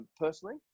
personally